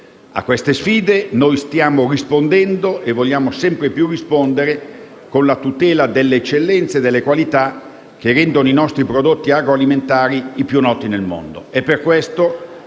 A queste sfide stiamo rispondendo - e vogliamo sempre più rispondere - con la tutela delle eccellenze e delle qualità che rendono i nostri prodotti agroalimentari i più noti nel mondo.